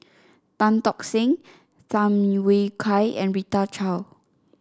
Tan Tock Seng Tham Yui Kai and Rita Chao